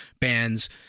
bands